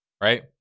Right